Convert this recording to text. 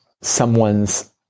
someone's